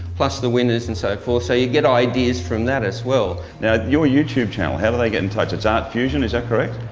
plus the winners and so forth so you get ideas from that as well. now your youtube channel how do they get in touch? it's art fusion, is that correct?